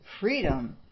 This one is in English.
Freedom